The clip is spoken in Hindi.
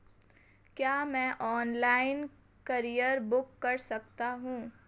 क्या मैं ऑनलाइन कूरियर बुक कर सकता हूँ?